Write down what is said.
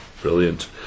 Brilliant